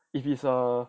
if it's a